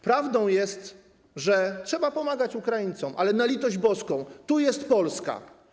Prawdą jest, że trzeba pomagać Ukraińcom, ale na litość boską, tu jest Polska.